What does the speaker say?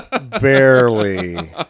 barely